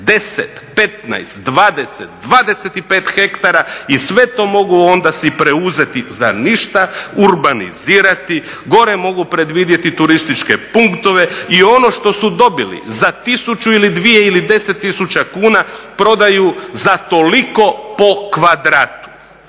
10, 15, 20, 25 hektara i sve to mogu onda si preuzeti za ništa, urbanizirati, gore mogu predvidjeti turističke punktove i ono što su dobili za 1000, 2000 ili 10 000 kuna prodaju za toliko po kvadratu.